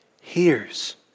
hears